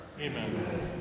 Amen